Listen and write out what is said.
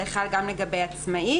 זה חל גם לגבי עצמאים.